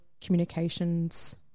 Communications